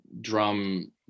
drum